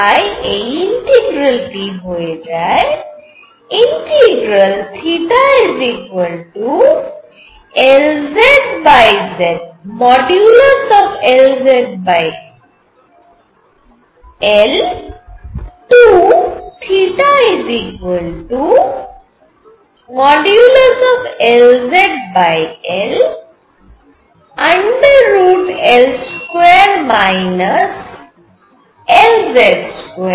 তাই এই ইন্টিগ্রালটি হয়ে যায় θ θ L2 Lz2 dθ